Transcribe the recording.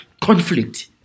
conflict